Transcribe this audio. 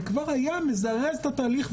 וכבר היה מזרז את התהליך,